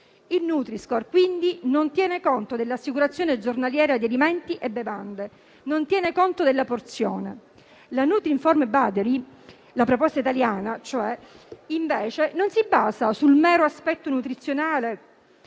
Il nutri-score, quindi, non tiene conto dell'assicurazione giornaliera di alimenti e bevande, non tiene conto della porzione. La nutrinform battery, cioè la proposta italiana, invece non si basa sul mero aspetto nutrizionale